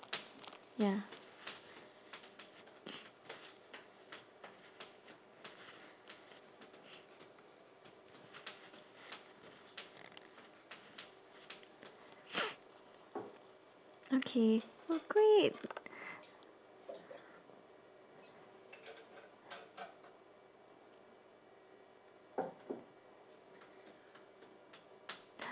okay oh great